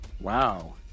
Wow